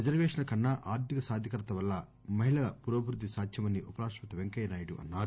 రిజర్వేషన్ల కన్నా ఆర్థిక సాధికారత వల్ల మహిళల పురోభివ్రుద్ది సాధ్యమని ఉపరాష్టపతి వెంకయ్యనాయుడు అన్నారు